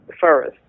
first